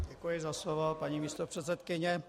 Děkuji za slovo, paní místopředsedkyně.